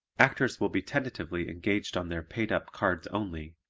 actors will be tentatively engaged on their paid up cards only,